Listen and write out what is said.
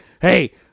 Hey